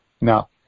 Now